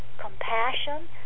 compassion